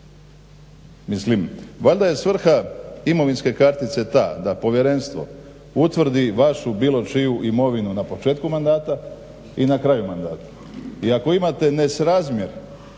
Mislim valjda je svrha imovinske kartice ta da povjerenstvo utvrdi vašu, bilo čiju imovinu na početku mandata i na kraju mandata. I ako imate nesrazmjer